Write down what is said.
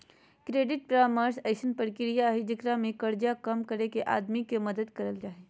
credit परामर्श अइसन प्रक्रिया हइ जेकरा में कर्जा कम करके आदमी के मदद करल जा हइ